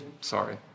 sorry